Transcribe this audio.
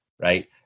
Right